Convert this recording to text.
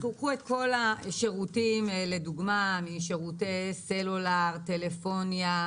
קחו לדוגמה שירותי סלולר, טלפוניה,